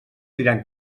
diran